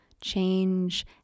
change